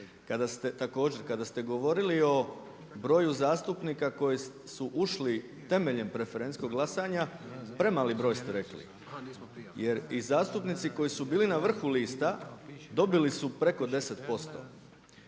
dogovore. Također kada ste govorili o broju zastupnika koji su ušli temeljem preferencijskog glasanja premali broj ste rekli. Jer i zastupnici koji su bili na vrhu lista dobili su preko 10%.